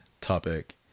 topic